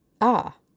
Ah